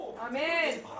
Amen